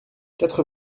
quatre